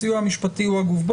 הסיוע המשפטי הוא הגוף.